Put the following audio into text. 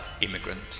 immigrant